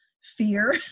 fear